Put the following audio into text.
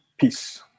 Peace